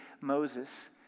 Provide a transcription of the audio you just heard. Moses